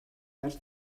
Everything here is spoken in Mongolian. нар